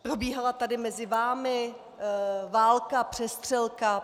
Probíhala tady mezi vámi válka, přestřelka.